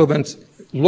the statu